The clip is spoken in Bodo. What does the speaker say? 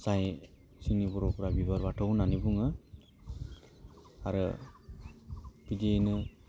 जाय जोंनि बर'फोरा बिबार बाथौ होन्नानै बुङो आरो बिदियैनो